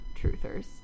truthers